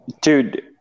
dude